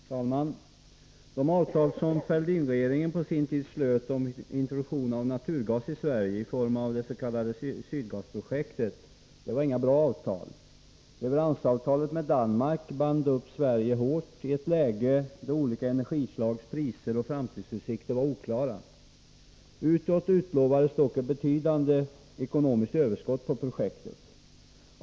Herr talman! De avtal som Fälldinregeringen på sin tid slöt om introduktion av naturgas i Sverige i form av dets.k. Sydgasprojektet var inga bra avtal. Leveransavtalet med Danmark band upp Sverige hårt i ett läge, då olika energislags priser och framtidsutsikter var oklara. Utåt utlovades dock ett betydande ekonomiskt överskott på projektet.